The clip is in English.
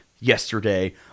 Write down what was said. yesterday